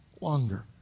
longer